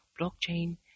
blockchain